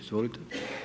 Izvolite.